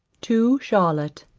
to charlotte.